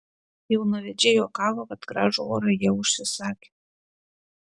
jaunavedžiai juokavo kad gražų orą jie užsisakę